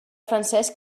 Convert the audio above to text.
francesc